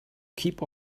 keep